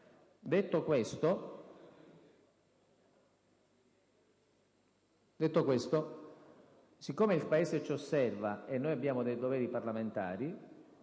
Detto questo, dal momento che il Paese ci osserva e che noi abbiamo dei doveri parlamentari,